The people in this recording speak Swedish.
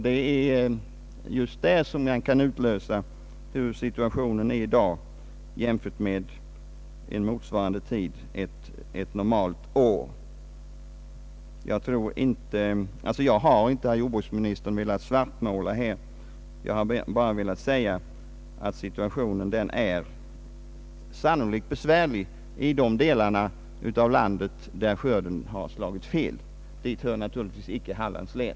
Det är just där man kan utläsa hur situationen är i dag i jämförelse med motsvarande tidpunkt ett normalt år. Jag har inte, herr jordbruksminister, velat svartmåla. Jag har bara velat framhålla att situationen sannolikt är besvärlig i de delar av landet där skör den har slagit fel. Dit hör naturligtvis inte Hallands län.